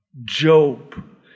Job